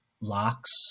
locks